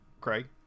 craig